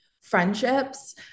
friendships